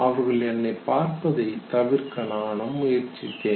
அவர்கள் என்னை பார்ப்பதை தவிர்க்க நானும் முயற்சித்தேன்